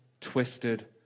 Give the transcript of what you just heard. twisted